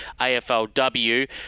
AFLW